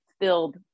filled